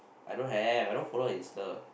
I don't have I don't follow her insta